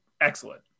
excellent